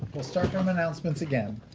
we'll start from announcements again.